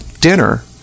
dinner